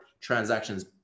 transactions